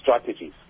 strategies